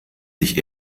sich